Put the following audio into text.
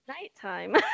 Nighttime